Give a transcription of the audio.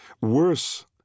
Worse